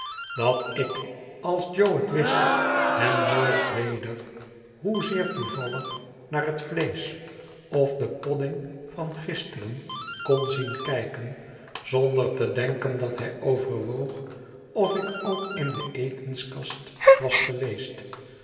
dat ik als jo het wist hem nooit weder hoezeer toevallig naar het vleesch of den podding van gisteren kon zien kijken zonder te denken dat hij overwoog of ik ook in de etenskast was geweest